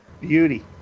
Beauty